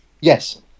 Yes